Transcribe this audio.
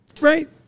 Right